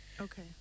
Okay